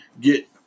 get